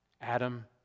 Adam